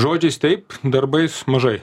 žodžiais taip darbais mažai